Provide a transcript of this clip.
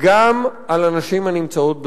גם על הנשים הנמצאות בזנות.